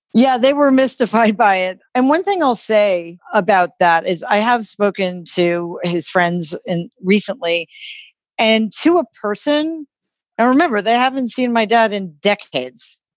yeah, they were mystified by it. and one thing i'll say about that is i have spoken to his friends recently and to a person i remember, they haven't seen my dad in decades.